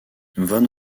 von